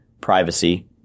privacy